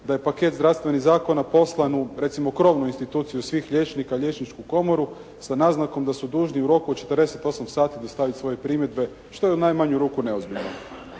da je paket zdravstvenih zakona poslan u recimo krovnu instituciju svih liječnika Liječničku komoru sa naznakom da su dužni u roku od 48 sati dostaviti svoje primjedbe što je u najmanju ruku neozbiljno.